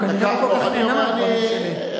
הוא כנראה לא כל כך נהנה מהדברים שלי.